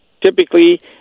typically